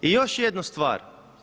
I još jednu stvar.